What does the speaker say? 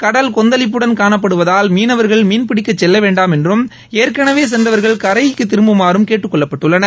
கடல் கொந்தளிப்புடன் காணப்படுவதால் மீனவர்கள் மீன்பிடிக்க செல்ல வேண்டாம் என்றும் ஏற்கனவே சென்றவர்கள் கரை திரும்புமாறும் கேட்டுக் கொள்ளப்பட்டுள்ளனர்